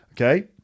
Okay